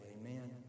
Amen